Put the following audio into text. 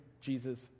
Jesus